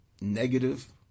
negative